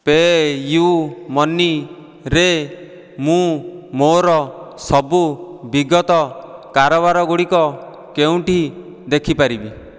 ପେ'ୟୁ'ମନିରେ ମୁଁ ମୋ'ର ସବୁ ବିଗତ କାରବାରଗୁଡ଼ିକ କେଉଁଠି ଦେଖିପାରିବି